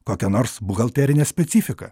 kokia nors buhalterinė specifika